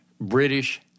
British